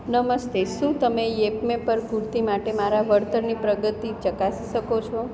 નમસ્તે શું તમે યેપમે પર કુર્તિ માટે મારા વળતરની પ્રગતિ ચકાસી શકો છો